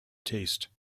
taste